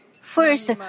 First